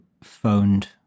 phoned